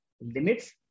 limits